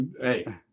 hey